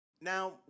Now